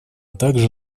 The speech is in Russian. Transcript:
также